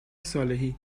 صالحی